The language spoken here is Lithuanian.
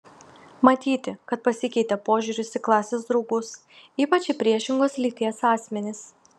matyti kad pasikeitė požiūris į klasės draugus ypač į priešingos lyties asmenis